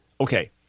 Okay